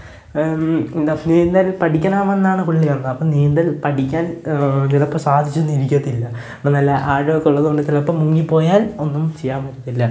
എന്താണ് നീന്തൽ പഠിക്കണമെന്നാണ് പുള്ളി ഓർക്കാ അപ്പോള് നീന്തൽ പഠിക്കാൻ ചിലപ്പോള് സാധിച്ചെന്നിരിക്കത്തില്ല അപ്പോള് നല്ല ആഴമൊക്കെ ഉള്ളത് കൊണ്ട് ചിലപ്പോള് മുങ്ങിപ്പോയാൽ ഒന്നും ചെയ്യാൻ പറ്റത്തില്ല